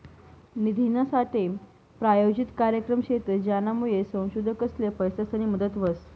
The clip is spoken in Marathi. निधीनासाठे प्रायोजित कार्यक्रम शेतस, ज्यानामुये संशोधकसले पैसासनी मदत व्हस